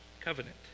covenant